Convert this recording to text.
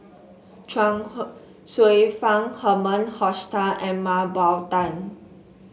Chuang Hsueh Fang Herman Hochstadt and Mah Bow Tan